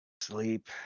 Sleep